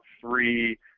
three